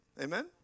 Amen